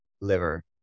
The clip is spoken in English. liver